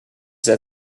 had